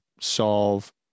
solve